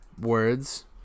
words